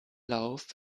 lauf